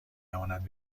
امانت